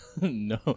No